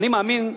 אני מאמין,